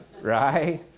right